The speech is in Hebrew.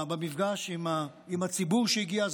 במפגש עם הציבור שהגיע.